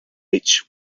each